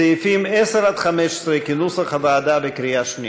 סעיפים 10 15, כהצעת הוועדה, נתקבלו.